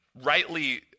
rightly